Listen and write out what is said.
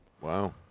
Wow